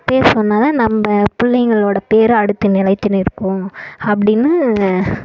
பேர் சொன்னா தான் நம்ப பிள்ளைகளோட பேரும் அடுத்து நிலைத்து நிற்கும் அப்படீன்னு